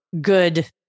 good